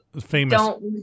famous